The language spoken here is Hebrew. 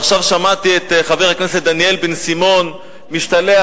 ועכשיו שמעתי את חבר הכנסת דניאל בן-סימון משתלח